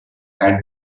had